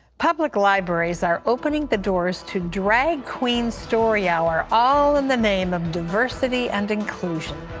public libraries are opening the doors to drag-queen story hour, all in the name of diversity and inclusion.